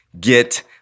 get